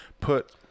put